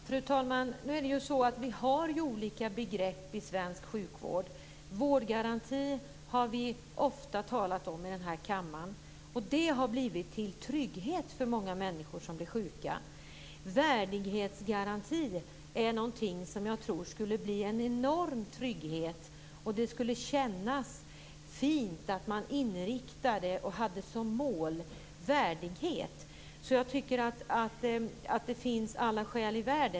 Fru talman! Det finns olika begrepp i svensk sjukvård. Vårdgarantin har vi ofta talat om i den här kammaren. Den har blivit en trygghet för många människor som är sjuka. Värdighetsgarantin är något som jag tror skulle bli en enorm trygghet. Det skulle kännas fint att man inriktar sig på värdighet och har detta som mål.